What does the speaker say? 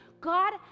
God